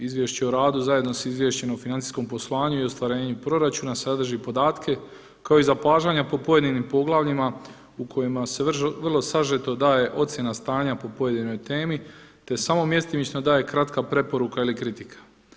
Izvješće o radu zajedno sa Izvješćem o financijskom poslovanju i ostvarenju proračuna sadrži podatke kao i zapažanja po pojedinim poglavljima u kojima se vrlo sažeto daje ocjena stanja po pojedinoj temi te samo mjestimično daje kratka preporuka ili kritika.